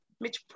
Mitch